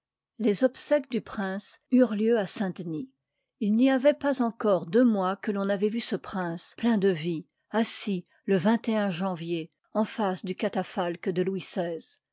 les obsèques du prince eurent lieu à saint-denis il n'y avoit pas encore deux mois que l'on avoit vu ce prince plein de vie assis le janvier en face du catafalque de louis